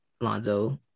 Lonzo